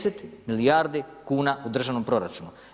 10 milijardi kuna u državnom proračunu.